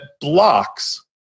blocks